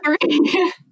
three